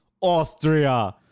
Austria